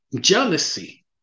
jealousy